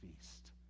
feast